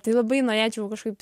tai labai norėčiau kažkaip